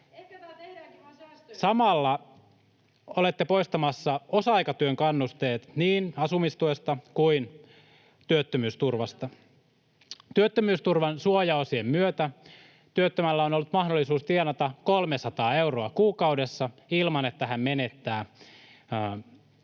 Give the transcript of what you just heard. Samalla olette poistamassa osa-aikatyön kannusteet niin asumistuesta kuin työttömyysturvasta. Työttömyysturvan suojaosien myötä työttömällä on ollut mahdollisuus tienata 300 euroa kuukaudessa ilman, että hän menettää